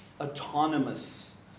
autonomous